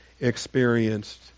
experienced